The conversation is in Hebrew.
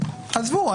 עזבו,